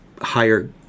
higher